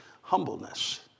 humbleness